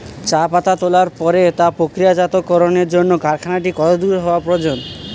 চা পাতা তোলার পরে তা প্রক্রিয়াজাতকরণের জন্য কারখানাটি কত দূর হওয়ার প্রয়োজন?